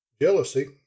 Jealousy